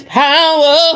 power